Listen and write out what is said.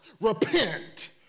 Repent